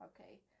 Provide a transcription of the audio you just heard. Okay